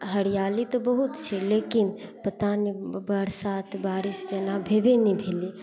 हरियाली तऽ बहुत छै लेकिन पता नहि बरसात बारिश जेना भेबे नहि भेलै